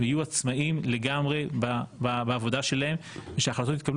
יהיו עצמאיים לגמרי בעבודה שלהם ושההחלטות יתקבלו